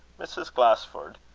mrs. glasford,